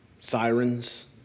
sirens